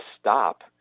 stop